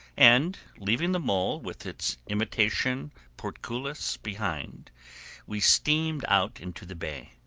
and leaving the mole with its imitation portcullis behind we steamed out into the bay.